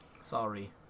Sorry